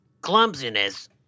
Clumsiness